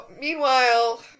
meanwhile